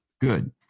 Good